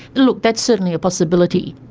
look, that's certainly a possibility.